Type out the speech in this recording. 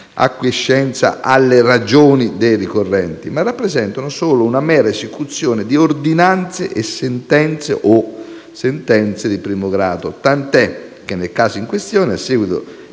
acquiescenza alle ragioni dei ricorrenti, ma rappresentano solo una mera esecuzione di ordinanze o sentenze di primo grado. Tant'è che nel caso in questione, a seguito